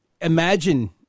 imagine